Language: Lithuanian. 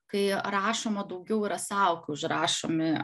kai rašoma daugiau yra sau kai užrašomi